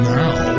now